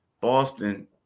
Boston